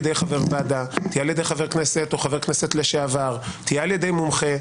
חבר ועדה או על-ידי חבר כנסת או חבר כנסת לשעבר או מומחה,